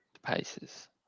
Paces